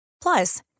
Plus